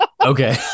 okay